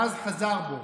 ואז חזר בו,